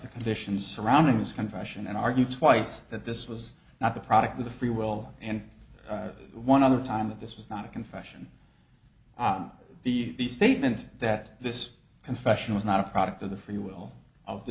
the conditions surrounding this confession and argue twice that this was not the product of the free will and one other time that this was not a confession the statement that this confession was not a product of the free will of the